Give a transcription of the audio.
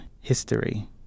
history